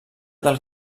del